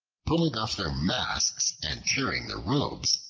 pulling off their masks and tearing their robes,